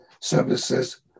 services